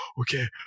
okay